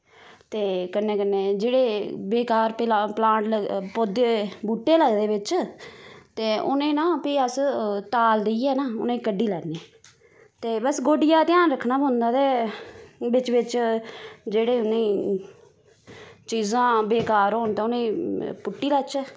ते कन्नै कन्नै जेह्ड़े बेकार पलांट पौदे बुह्ट्टे लगदे बिच्च ते उने नां फ्ही अस ताल देईयै ना उने कड्डी लैन्ने ते बस गोड्डिया ध्यान रक्कना पौंदा ते बिच्च बिच्च जेह्ड़े उ'ने चीजां बेकार होन ता उने पुट्टी लैचै